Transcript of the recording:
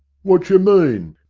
wotcher mean?